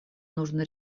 нужно